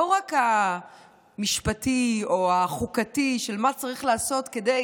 לא רק המשפטי או החוקתי של מה שצריך לעשות כדי